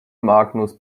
magnus